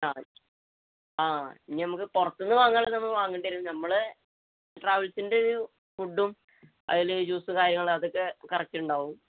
ആ ആ ഇനി നമുക്ക് പുറത്തുനിന്ന് വാങ്ങാനുള്ളത് നമ്മള് വാങ്ങേണ്ടി വരും നമ്മുടെ ട്രാവൽസിൻ്റെ ഫുഡും അതില് ജ്യൂസും കാര്യങ്ങളും അതൊക്കെ കറക്റ്റ് ഉണ്ടാകും